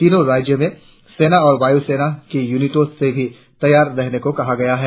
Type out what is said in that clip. तीनों राज्यों मे सेना और वायुसेना की यूनितों से भी तैयार रहने को कहा गया है